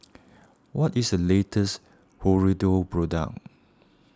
what is the latest Hirudoid product